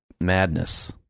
madness